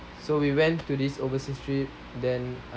so we went to this overseas trip then